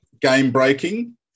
game-breaking